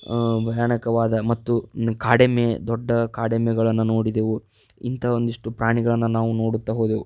ಭಯಾನಕವಾದ ಮತ್ತು ಕಾಡೆಮ್ಮೆ ದೊಡ್ಡ ಕಾಡೆಮ್ಮೆಗಳನ್ನು ನೋಡಿದೆವು ಇಂತಹ ಒಂದಿಷ್ಟು ಪ್ರಾಣಿಗಳನ್ನು ನಾವು ನೋಡುತ್ತಾ ಹೋದೆವು